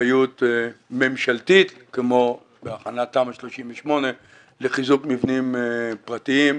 אחריות ממשלתית כמו בהכנת תמ"א 38 לחיזוק מבנים פרטיים.